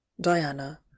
Diana